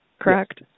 correct